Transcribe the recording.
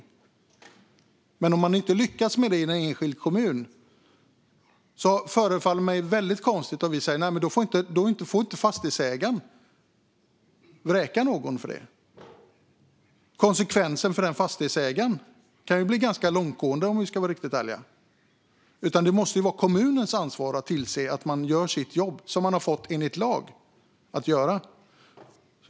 Om en enskild kommun inte lyckas med detta förefaller det mig väldigt konstigt att säga: Då får fastighetsägaren inte vräka någon. Konsekvenserna för fastighetsägaren kan ju bli ganska långtgående om vi ska vara riktigt ärliga. Det måste ju vara kommunens ansvar att se till att man gör det jobb man enligt lag ska göra.